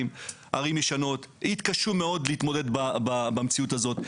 וערים ישנות יתקשו מאוד להתמודד במציאות הזאת.